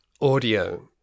audio